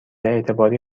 اعتباری